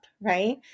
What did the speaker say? right